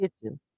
kitchen